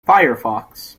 firefox